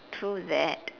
true that